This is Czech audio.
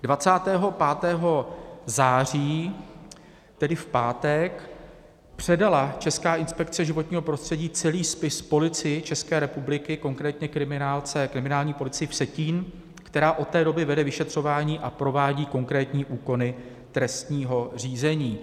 25. září, tedy v pátek, předala Česká inspekce životního prostředí celý spis Policii České republiky, konkrétně Kriminální policii Vsetín, která od té doby vede vyšetřování a provádí konkrétní úkony trestního řízení.